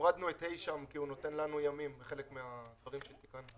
הורדנו את (ה) כי הוא נותן לנו ימים לחלק מהדברים שתיקנו.